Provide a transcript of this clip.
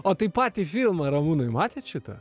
o tai patį filmą ramūnai matėt šitą